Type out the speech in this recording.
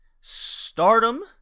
Stardom